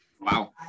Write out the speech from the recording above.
wow